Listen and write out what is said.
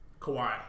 Kawhi